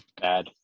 Bad